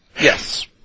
Yes